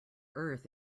earth